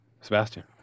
Sebastian